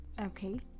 Okay